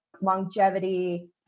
longevity